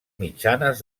mitjanes